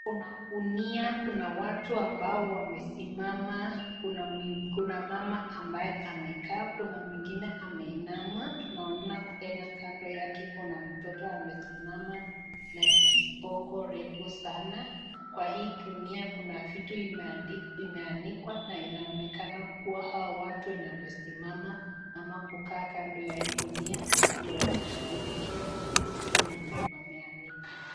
Kuna gunia, kuna watu ambao wamesimama, kuna mama ambaye amekaa, Kuna mwingine ameinama. Tunaona tena kando yake kuna mtoto amesimama na kiboko refu sana . Kwa hii gunia kuna kitu imeanikwa na inaonekana kuwa hao watu wenye wamesimama, ama kukaa kando ya hii gunia ndio wanashughulikia hizi vitu enye wameanika.